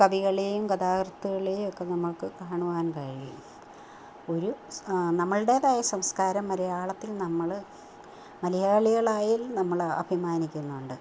കവികളെയും കഥാകൃത്തുകളെയുമൊക്കെ നമുക്ക് കാണുവാൻ കഴിയും ഒരു നമ്മുളുടേതായ സംസ്കാരം മലയാളത്തിൽ നമ്മൾ മലയാളികളായ നമ്മൾ അഭിമാനിക്കുന്നുണ്ട്